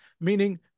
Meaning